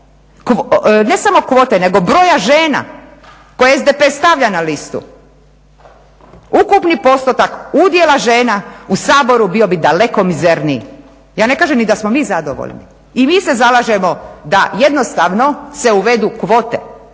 ne samo kvote nego broja žena koje SDP stavlja na listu ukupni postotak udjela žena u Saboru bio bi daleko mizerniji. Ja ne kažem ni da smo mi zadovoljni. I mi se zalažemo da jednostavno se uvedu kvote,